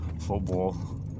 football